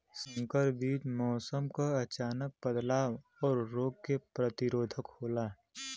संकर बीज मौसम क अचानक बदलाव और रोग के प्रतिरोधक होला